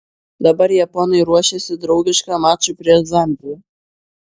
dabar japonai ruošiasi draugiškam mačui prieš zambiją